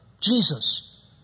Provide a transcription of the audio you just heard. Jesus